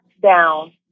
down